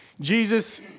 Jesus